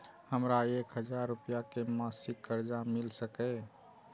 हमरा एक हजार रुपया के मासिक कर्जा मिल सकैये?